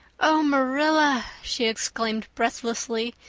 oh, marilla, she exclaimed breathlessly,